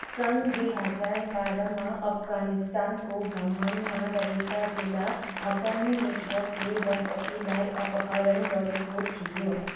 सन् दुई हजार बाह्रमा अफगानिस्तानको भ्रमणमा रहेका बेला हक्कानी नेटवर्कले दम्पतीलाई अपहरण गरेको थियो